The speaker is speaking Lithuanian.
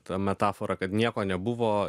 ta metafora kad nieko nebuvo